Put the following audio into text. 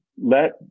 Let